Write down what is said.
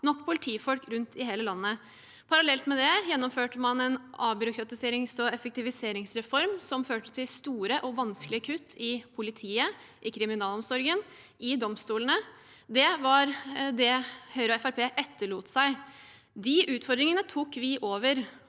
nok politifolk rundt i hele landet. Parallelt med det gjennomførte man en avbyråkratiserings- og effektiviseringsreform som førte til store og vanskelige kutt i politiet, i kriminalomsorgen og i domstolene. Det var det Høyre og Fremskrittspartiet etterlot seg. De utfordringene tok vi over,